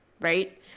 right